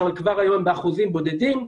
אבל כבר היום הם באחוזים בודדים.